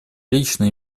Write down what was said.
лично